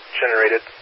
generated